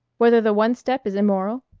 whether the one-step is immoral?